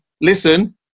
listen